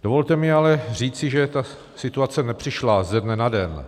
Dovolte mi ale říci, že ta situace nepřišla ze dne na den.